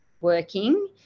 working